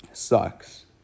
sucks